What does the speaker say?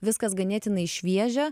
viskas ganėtinai šviežia